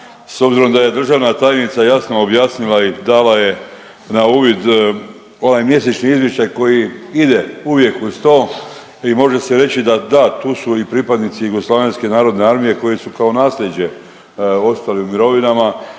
s obzirom da je državna tajnica jasno objasnila i dala je na uvid ovaj mjesečni izvještaj koji ide uvijek uz to i može se reći da da tu su i pripadnici JNA koji su kao nasljeđe ostali u mirovinama,